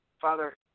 Father